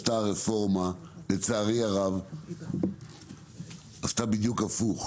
הרפורמה, לצערי הרב, בדיוק הפוך.